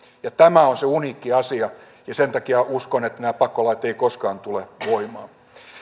ja tämä on se uniikki asia ja sen takia uskon että nämä pakkolait eivät koskaan tule voimaan